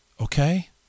okay